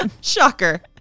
Shocker